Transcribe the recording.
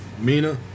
Mina